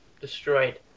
destroyed